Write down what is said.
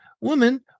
Woman